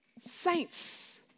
saints